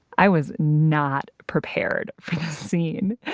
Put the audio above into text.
i was not prepared for the scene.